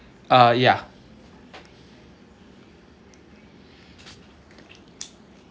uh yeah